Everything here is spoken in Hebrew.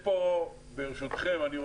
ברשותכם,